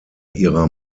ihrer